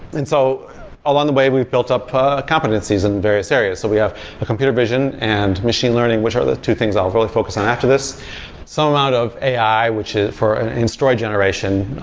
and so along the way, we've built up competencies in various areas, so we have a computer vision and machine learning, which are the two things i'll really focus on after this some amount of ai, which is for an in-store generation,